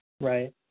Right